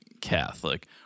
Catholic